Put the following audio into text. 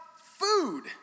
food